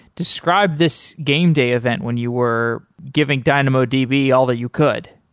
describe this game day event when you were giving dynamo db all that you could.